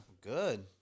Good